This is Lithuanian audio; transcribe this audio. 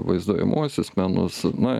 vaizduojamuosius menus na